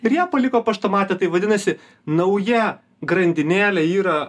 ir ją paliko paštomate tai vadinasi nauja grandinėlė yra